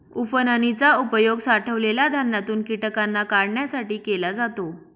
उफणनी चा उपयोग साठवलेल्या धान्यातून कीटकांना काढण्यासाठी केला जातो